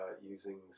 Using